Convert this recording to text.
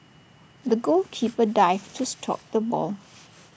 the goalkeeper dived to stop the ball